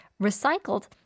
recycled